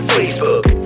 Facebook